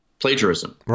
Plagiarism